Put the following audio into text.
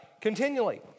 continually